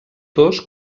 dos